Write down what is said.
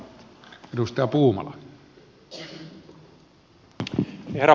herra puhemies